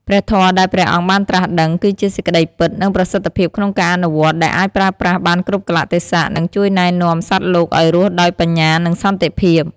ព្រះធម៌ដែលព្រះអង្គបានត្រាស់ដឹង គឺជាសេចក្ដីពិត និងប្រសិទ្ធភាពក្នុងការអនុវត្ត ដែលអាចប្រើប្រាស់បានគ្រប់កាលៈទេសៈ និងជួយណែនាំសត្វលោកឲ្យរស់ដោយបញ្ញា និងសន្តិភាព។